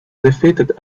defeated